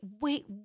Wait